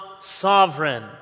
sovereign